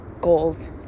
goals